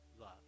love